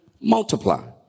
multiply